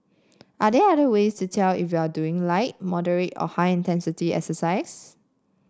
are there other ways to tell if you are doing light moderate or high intensity exercise